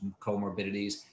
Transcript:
comorbidities